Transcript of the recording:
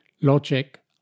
Logic